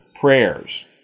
prayers